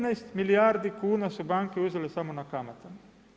15 milijardi kuna su banke uzele samo na kamatama.